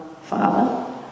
Father